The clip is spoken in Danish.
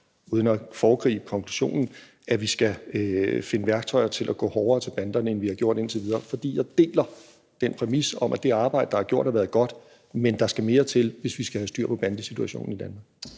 uden at foregribe konklusionen, at vi skal finde værktøjer til at gå hårdere til banderne, end vi har gjort indtil videre, for jeg deler den præmis om, at det arbejde, der er gjort, har været godt, men at der skal mere til, hvis vi skal have styr på bandesituationen i Danmark.